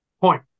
point